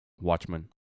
Watchmen